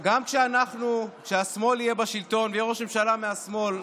גם כשהשמאל יהיה בשלטון ויהיה ראש ממשלה מהשמאל.